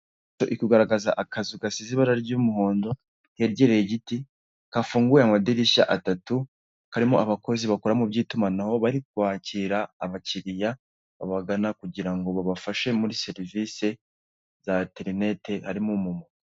Iyi foto iri kugaragaza akazu gasize ibara ry'umuhondo hegereye igiti, gafunguye amadirishya atatu karimo abakozi bakora mu iby'itumanaho bari kwakira abakiriya babagana kugira ngo babafashe muri serivise za interineti harimo umumama.